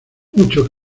mucho